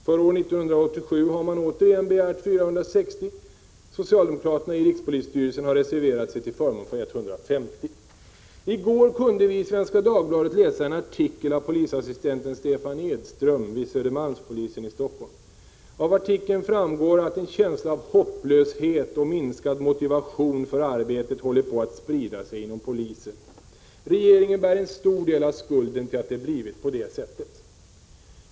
För år 1987 har man återigen begärt 460 polismän — socialdemokraterna i rikspolisstyrelsen har reserverat sig till förmån för 150. I går kunde vi i Svenska Dagbladet läsa en artikel av polisassistenten Stefan Edström vid Södermalmspolisen i Stockholm. Av artikeln framgår att en känsla av hopplöshet och minskad motivation för arbetet håller på att sprida siginom polisen. Regeringen bär en stor del av skulden till att det blivit på det sättet.